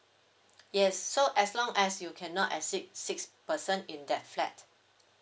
yes so as long as you cannot exceed six person in that flat